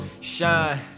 Shine